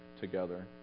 together